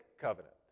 covenant